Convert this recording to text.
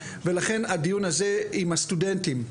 ולכן הדיון הזה עם הסטודנטים.